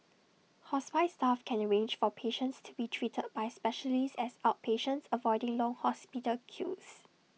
hospice staff can arrange for patients to be treated by specialists as outpatients avoiding long hospital queues